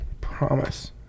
promise